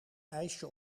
ijsje